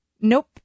Nope